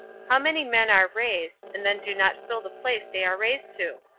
how many men are raised, and then do not fill the place they are raised to?